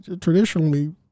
traditionally